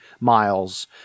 miles